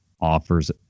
offers